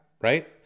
right